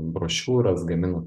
brošiūras gaminat